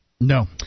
No